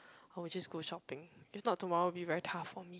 or we just go shopping if not tomorrow will be very tough for me